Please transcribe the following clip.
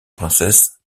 princesse